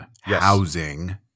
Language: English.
housing